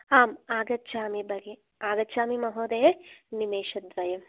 आम् आगच्छामि बहिः आगच्छामि महोदये निमेषद्वयम्